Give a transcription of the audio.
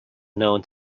known